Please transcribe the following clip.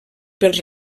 pels